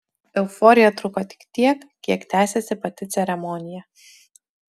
euforija truko tik tiek kiek tęsėsi pati ceremonija